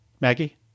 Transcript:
Maggie